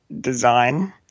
design